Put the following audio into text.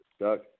Doug